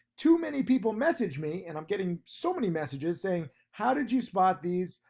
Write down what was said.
too many people message me, and i'm getting so many messages saying, how did you spot these?